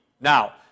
Now